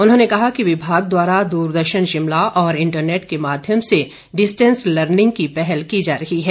उन्होंने कहा कि विभाग द्वारा द्रदर्शन शिमला और इंटरनेट के माध्यम से डिस्टेंस लर्निंग की पहल की जा रही है